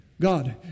God